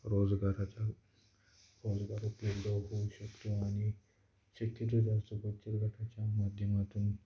रोजगाराचा रोजगार उपलब्ध होऊ शकतो आणि शक्यतो बचतगटाच्या माध्यमातून